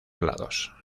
lados